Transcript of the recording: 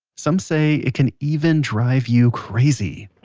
some say it can even drive you crazy